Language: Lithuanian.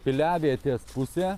piliavietės pusė